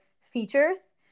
features